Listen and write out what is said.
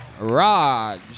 Raj